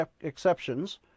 exceptions